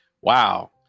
Wow